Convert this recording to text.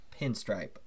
pinstripe